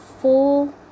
four